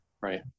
Right